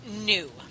new